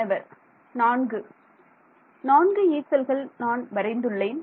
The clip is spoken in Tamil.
மாணவர் 4 4 'யீ" செல்கள் நான் வரைந்துள்ளேன்